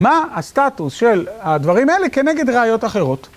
מה הסטטוס של הדברים האלה כנגד ראיות אחרות?